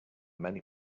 many